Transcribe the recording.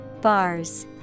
Bars